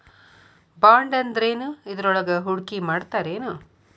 ಬಾಂಡಂದ್ರೇನ್? ಇದ್ರೊಳಗು ಹೂಡ್ಕಿಮಾಡ್ತಾರೇನು?